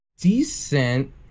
decent